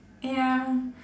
ya